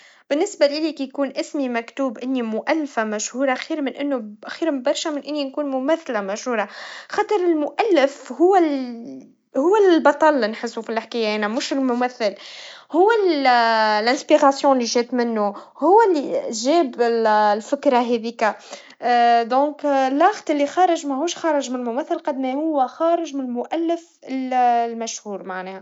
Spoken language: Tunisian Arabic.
بالنسبا ليا كي يكون اسمي مكتوب إني مؤلفا مشهورا خير من إنه ب- خير برشا من إني نكون ممثلا مشهورا, خاطر المؤلف هوا الل- هوا البطل لانحسوا في الحكايا مش الممثل, هوال الإلهام اللي جات منه, هوا اللي, جاب ال- الفكرا هاذيكا, لذا الفن اللي خارج مهوش خارج من ممثل, قد ما هوا خارج من المؤلف ال- المشهور معناها.